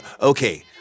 Okay